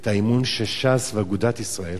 את האמון שש"ס ואגודת ישראל